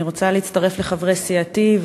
אני רוצה להצטרף לחברי סיעתי,